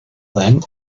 then